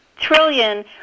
trillion